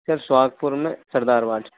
sir Sohagpur में Sardar ward